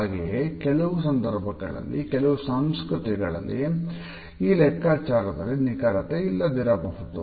ಹಾಗೆಯೇ ಕೆಲವು ಸಂದರ್ಭಗಳಲ್ಲಿ ಕೆಲವು ಸಂಸ್ಕೃತಿಗಳಲ್ಲಿ ಈ ಲೆಕ್ಕಚಾರದಲ್ಲಿ ನಿಖರತೆ ಇಲ್ಲದಿರಬಹುದು